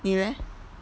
你 leh